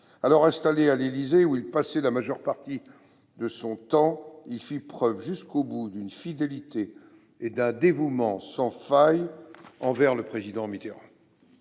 Alors installé à l'Élysée, où il passait la majeure partie de son temps, il fit preuve jusqu'au bout d'une fidélité et d'un dévouement sans faille envers le Président Mitterrand.